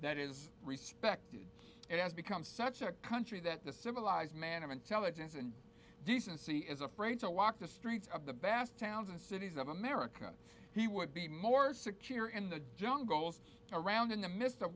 that is respected it has become such a country that the civilized man of intelligence and decency is afraid to walk the streets of the bass towns and cities of america he would be more secure in the jungles around in the midst of